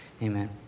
Amen